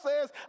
says